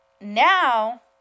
Now